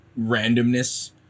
randomness